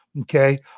Okay